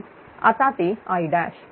आता ते I